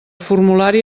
formulari